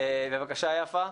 בבקשה, יפה.